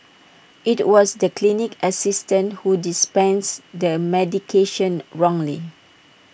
IT was the clinic assistant who dispensed the medication wrongly